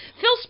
Phil